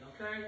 okay